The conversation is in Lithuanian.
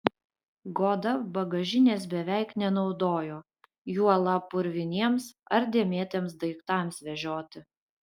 goda bagažinės beveik nenaudojo juolab purviniems ar dėmėtiems daiktams vežioti